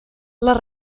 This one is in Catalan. les